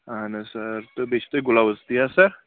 اَہَن حظ سَر تہٕ بیٚیہِ چھِ تۄہہِ گُلاوُز تی حظ سَر